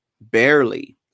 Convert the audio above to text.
barely